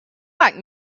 like